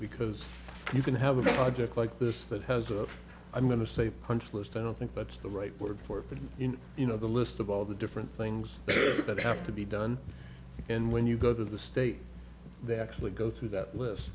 because you can have a project like this that has a i'm going to say punch list and i think that's the right word for it but you know the list of all the different things that have to be done and when you go to the state they actually go through that list